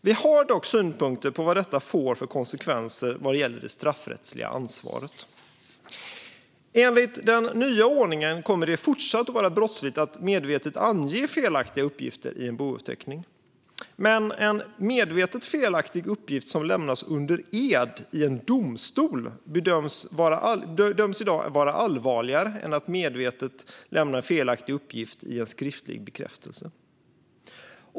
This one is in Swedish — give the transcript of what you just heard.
Vi har dock synpunkter på vad detta får för konsekvenser vad gäller det straffrättsliga ansvaret. Enligt den nya ordningen kommer det fortsatt att vara brottsligt att medvetet ange felaktiga uppgifter i en bouppteckning. Men en medvetet felaktig uppgift som lämnas under ed i en domstol bedöms i dag vara allvarligare än att medvetet lämna felaktig uppgift i en skriftlig bekräftelse.